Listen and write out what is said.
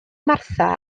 martha